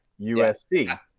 USC